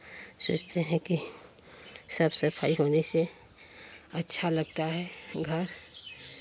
सोचते हैं कि साफ सफाई होने से अच्छा लगता है घर